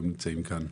הם נמצאים כאן.